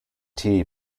tea